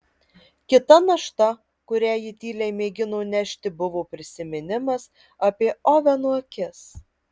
kita našta kurią ji tyliai mėgino nešti buvo prisiminimas apie oveno akis